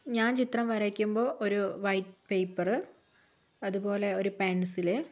ഞാൻ ചിത്രം വരയ്ക്കുമ്പോൾ ഒരു വൈറ്റ് പേപ്പറ് അതുപോലെ ഒരു പെൻസില്